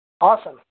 Awesome